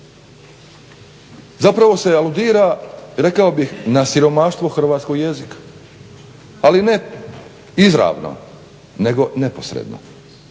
Zapravo se aludira rekao bih na siromaštvo hrvatskog jezika ali ne izravnom, nego neposredno.